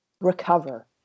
recover